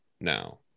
now